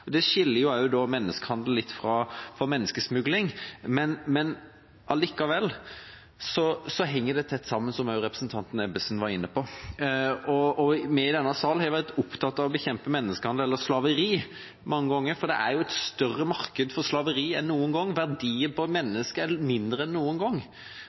representanten Ebbesen var inne på. Vi i denne sal har vært opptatt av å bekjempe menneskehandel eller slaveri mange ganger, for det er et større marked for slaveri enn noen gang. Verdien av et menneskeliv er mindre enn noen gang.